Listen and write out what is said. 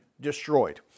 destroyed